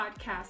podcast